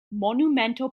monumento